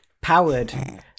powered